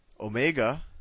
omega